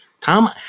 Tom